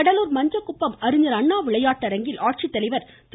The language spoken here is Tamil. கடலூர் மஞ்சக்குப்பம் அறிஞர் அண்ணா விளையாட்டரங்கில் ஆட்சித்தலைவர் திரு